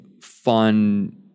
fun